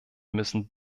müssen